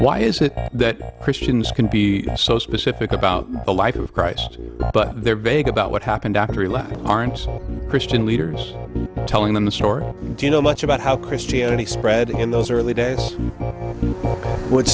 why is it that christians can be so specific about the life of christ but they are vague about what happened after eleven aren't christian leaders telling them the story do you know much about how christianity spread in those early days would